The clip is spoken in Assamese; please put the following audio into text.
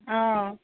অ